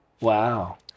Wow